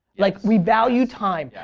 like we value time.